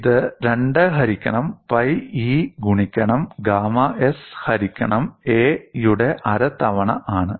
ഇത് "2 ഹരിക്കണം pi E ഗുണിക്കണം ഗാമ s ഹരിക്കണം a" യുടെ അര തവണ ആണ്